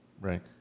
Right